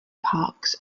parks